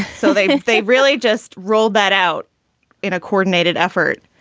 so they they really just roll that out in a coordinated effort.